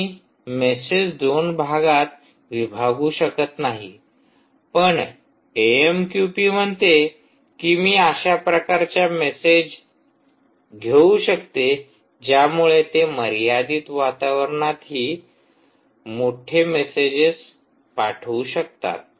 तुम्ही मेसेज दोन भागात विभागू शकत नाही पण एएमक्युपी म्हणते की मी अशा प्रकारच्या मेसेज घेऊ शकते ज्यामुळे ते मर्यादित वातावरणातही मोठे मेसेज पाठवू शकतात